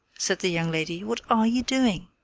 said the young lady, what are you doing?